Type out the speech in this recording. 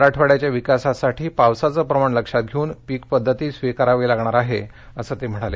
मराठवाड्याच्या विकासासाठी पावसाचं प्रमाण लक्षात घेउन पिक पध्दती स्विकारावी लागणार आहे असं ते म्हणाले